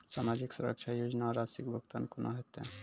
समाजिक सुरक्षा योजना राशिक भुगतान कूना हेतै?